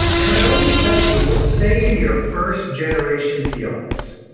and i always tell people, stay in your first generation feelings.